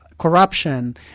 corruption